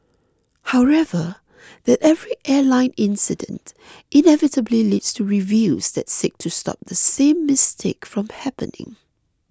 however that every airline incident inevitably leads to reviews that seek to stop the same mistake from happening